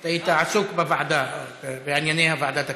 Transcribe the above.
אתה היית עסוק בענייני ועדת הכספים.